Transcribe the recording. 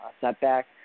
setback